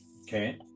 okay